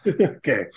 Okay